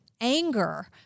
anger